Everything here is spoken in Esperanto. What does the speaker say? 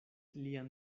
lian